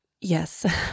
Yes